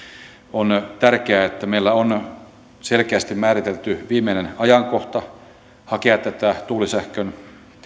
on tärkeää että meillä on selkeästi määritelty viimeinen ajankohta hakea tätä tuulisähkön